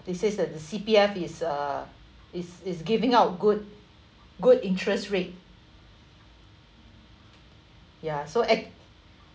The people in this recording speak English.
this is the C_P_F is uh is is giving out good good interest rate ya so actually